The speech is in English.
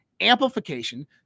amplification